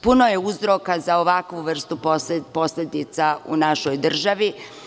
Puno je uzroka za ovakvu vrstu posledica u našoj državi.